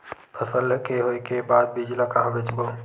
फसल के होय के बाद बीज ला कहां बेचबो?